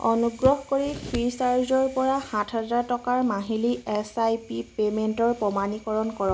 অনুগ্ৰহ কৰি ফ্ৰীচাৰ্জৰ পৰা সাত হাজাৰ টকাৰ মাহিলী এছ আই পি পে'মেণ্টৰ প্ৰমাণীকৰণ কৰক